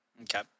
Okay